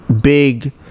big